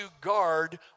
guard